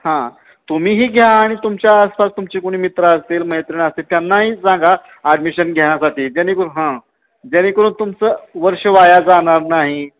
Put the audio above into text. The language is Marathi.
हां तुम्हीही घ्या आणि तुमच्या आसपास तुमची कुणी मित्र असतील मैत्रिणी असतील त्यांनाही सांगा ॲडमिशन घेण्यासाठी जेणेकरून हां जेणेकरून तुमचं वर्ष वाया जाणार नाही